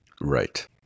Right